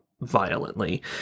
violently